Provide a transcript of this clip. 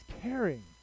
caring